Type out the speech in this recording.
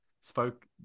spoke